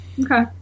Okay